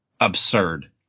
absurd